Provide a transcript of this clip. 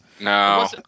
No